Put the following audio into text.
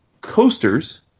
coasters